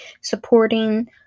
supporting